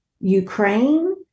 Ukraine